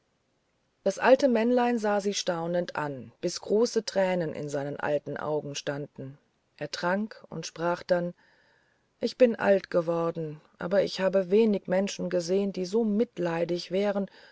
das alte männlein sah sie staunend an bis große tränen in seinen alten augen standen er trank und sprach dann ich bin alt geworden aber ich hab wenige menschen gesehen die so mitleidig wären